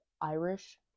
Irish